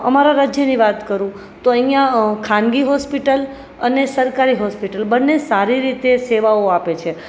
અમારા રાજ્યની વાત કરું તો અહીંયા ખાનગી હોસ્પિટલ અને સરકારી હોસ્પિટલ બને સારી રીતે સેવાઓ આપે છે